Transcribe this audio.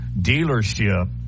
dealership